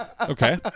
Okay